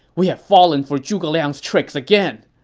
we have fallen for zhuge liang's tricks again!